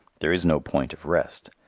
there is no point of rest.